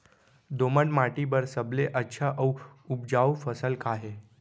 दोमट माटी बर सबले अच्छा अऊ उपजाऊ फसल का हे?